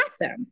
Awesome